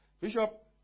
Bishop